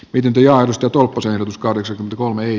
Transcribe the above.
pidempiaikaista tuokkoseen s kahdeksan r kolme i